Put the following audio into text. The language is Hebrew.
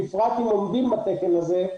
בפרט אם עומדים בתקן הזה,